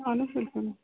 اہن حظ بلکُل